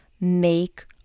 make